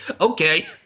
Okay